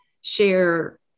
share